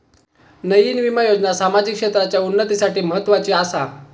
नयीन विमा योजना सामाजिक क्षेत्राच्या उन्नतीसाठी म्हत्वाची आसा